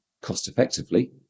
cost-effectively